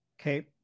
Okay